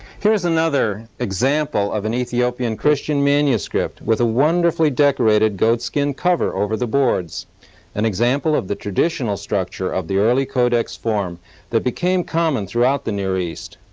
here's another example of an ethiopian christian manuscript with a wonderfully decorated goatskin cover over the boards an example of the traditional structure of the early codex form that became common throughout the near east.